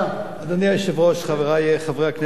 אדוני היושב-ראש, חברי חברי הכנסת,